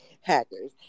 Hackers